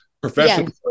professional